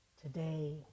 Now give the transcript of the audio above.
today